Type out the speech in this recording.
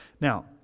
Now